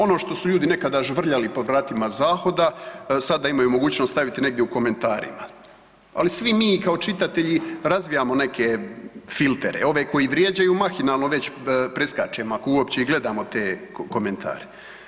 Ono što su ljudi nekada žvrljali po vratima zahoda sada imaju mogućnost staviti negdje u komentarima, ali svi mi i kao čitatelji razvijamo neke filtere, ove koji vrijeđaju mahinalno već preskačemo ako uopće i gledamo te komentare.